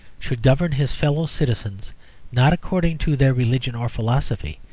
should govern his fellow-citizens not according to their religion or philosophy,